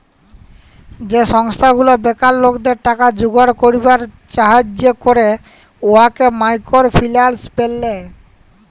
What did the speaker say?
যে সংস্থা গুলা বেকার লকদের টাকা জুগাড় ক্যইরবার ছাহাজ্জ্য ক্যরে উয়াকে মাইকর ফিল্যাল্স ব্যলে